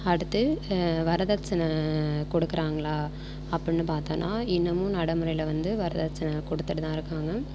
அடுத்து வரதட்சனை கொடுக்குறாங்களா அப்புடின்னு பார்த்தோன்னா இன்னுமும் நடைமுறையில் வந்து வரதட்சனை கொடுத்துட்டு தான் இருக்காங்கள்